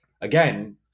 again